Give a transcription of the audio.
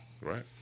right